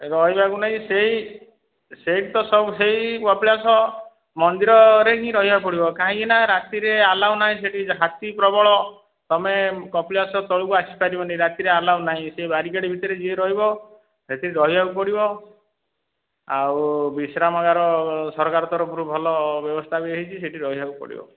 ରହିବାକୁ ନାହିଁ ସେହି ସେହି ତ ସବୁ ସେହି କପିଳାସ ମନ୍ଦିରରେ ହିଁ ରହିବାକୁ ପଡ଼ିବ କାହିଁକି ନା ରାତିରେ ଆଲାଓ ନାହିଁ ସେହିଠି ହାତୀ ପ୍ରବଳ ତମେ କପିଳାସ ତଳକୁ ଆସି ପାରିବନି ରାତିରେ ଆଲାଓ ନାହିଁ ସେ ଵ୍ୟାରିକେଡ୍ ଭିତରେ ଯିଏ ରହିବ ସେହିଠି ରହିବାକୁ ପଡ଼ିବ ଆଉ ବିଶ୍ରାମାଗାର ସରକାର ତରଫରୁ ଭଲ ବ୍ୟବସ୍ଥା ବି ହୋଇଛି ସେହିଠି ରହିବାକୁ ପଡ଼ିବ